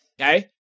Okay